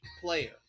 player